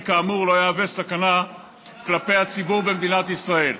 כאמור לא יהווה סכנה כלפי הציבור במדינת ישראל.